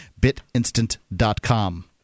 Bitinstant.com